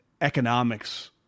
economics